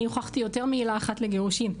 אני הוכחתי יותר מעילה אחת לגירושים,